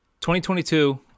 2022